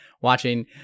watching